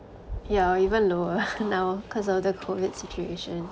ya even lower now cause of the COVID situation